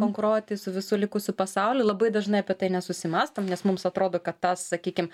konkuruoti su visu likusiu pasauliu labai dažnai apie tai nesusimąstom nes mums atrodo kad tas sakykim